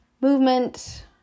movement